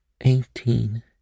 Eighteen